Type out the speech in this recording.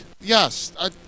Yes